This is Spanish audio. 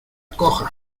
cojas